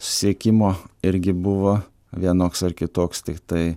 susiekimo irgi buvo vienoks ar kitoks tiktai